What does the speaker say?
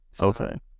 Okay